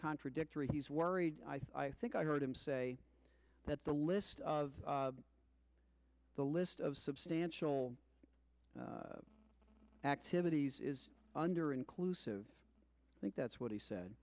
contradictory he's worried i think i heard him say that the list of the list of substantial activities is under inclusive i think that's what he said